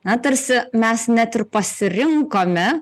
na tarsi mes net ir pasirinkome